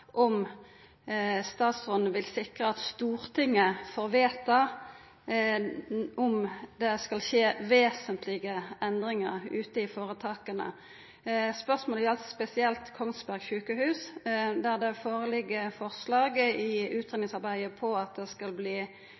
om statsråden vil sikra at Stortinget får vedta om det skal skje vesentlege endringar ute i føretaka. Spørsmålet gjaldt spesielt Kongsberg sykehus, der det i utgreiingsarbeidet føreligg forslag om – slik eg vurderer innhaldet – at sjukehuset skal